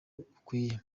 bukwiye